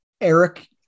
Eric